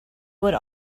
would